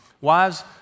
Wives